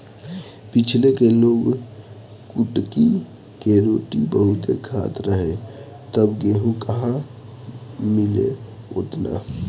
पहिले के लोग कुटकी के रोटी बहुते खात रहे तब गेहूं कहां मिले ओतना